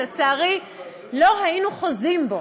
לצערי לא היינו חוזים בו.